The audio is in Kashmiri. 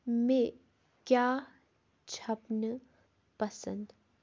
مےٚ کیٛاہ چھنہٕ پسنٛد